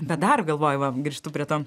bet dar galvoju va grįžtu prie to